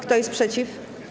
Kto jest przeciw?